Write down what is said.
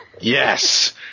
Yes